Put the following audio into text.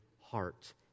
heart